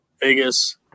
Vegas